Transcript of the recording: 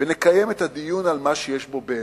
ונקיים את הדיון על מה שיש בו באמת,